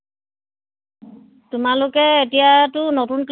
মোক কিনাই বাইদেউ পৰিছে আশী দিলে মোৰ লচ হ'ব নহয়